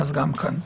אז גם כאן.